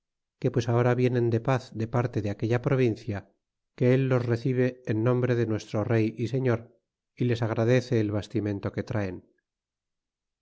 que pues ahora vienen de paz de parte de aquella provincia que él los recibe en nombre de nuestro rey y señor y les agradece el bastimento que traen